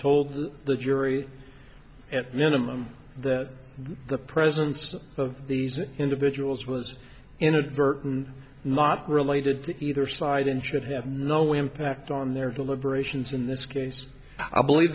told the jury at minimum that the presence of these individuals was inadvertent not related to either side and should have no impact on their deliberations in this case i believe